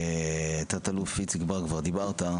תא"ל איציק בר כבר דיברת.